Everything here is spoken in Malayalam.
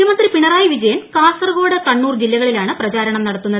മുഖ്യമന്ത്രി പിണറായി വിജയൻ കാസർകോട് കണ്ണൂർ ജില്ലകളിലാണ് പ്രചാരണം നടത്തുന്നത്